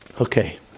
Okay